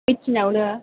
ओइदटिनावनो